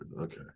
Okay